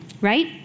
right